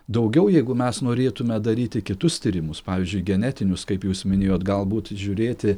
daugiau jeigu mes norėtume daryti kitus tyrimus pavyzdžiui genetinius kaip jūs minėjot galbūt žiūrėti